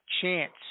chance